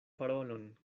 parolon